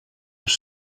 les